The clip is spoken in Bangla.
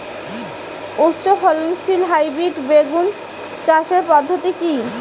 উচ্চ ফলনশীল হাইব্রিড বেগুন চাষের পদ্ধতি কী?